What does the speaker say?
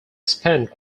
spent